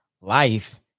life